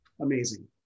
amazing